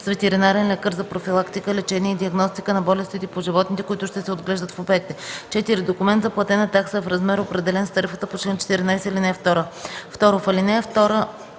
с ветеринарен лекар за профилактика, лечение и диагностика на болестите по животните, които ще се отглеждат в обекта; 4. документ за платена такса в размер, определен с тарифата по чл. 14, ал.